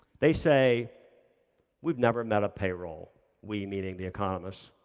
they say we've never met a payroll we meaning the economists.